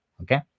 okay